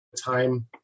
time